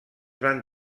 van